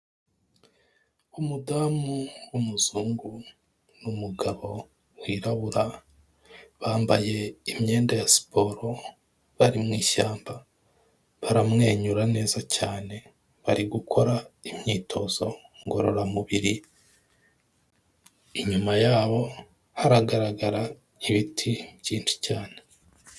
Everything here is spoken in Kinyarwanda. Umudamu w'umuzungu n'umugabo wirabura, bambaye imyenda ya siporo bari mu ishyamba, baramwenyura neza cyane, bari gukora imyitozo ngororamubiri, inyuma yabo haragaragara ibiti byinshi.